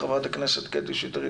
חברת הכנסת קטי שטרית,